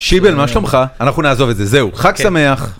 שיבל, מה שלומך? אנחנו נעזוב את זה. זהו, חג שמח.